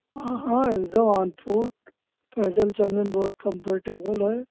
हाँ हाँ एकदम ऑन फूट पैदल चलने में बहुत कम्फ़र्टेबल है